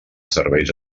serveis